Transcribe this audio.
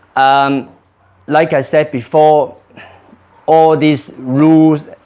um like i said before all these rules